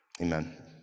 Amen